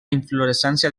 inflorescència